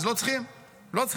אז לא צריכים אותם.